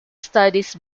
studies